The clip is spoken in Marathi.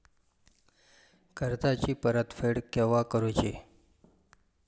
कर्जाची परत फेड केव्हा करुची?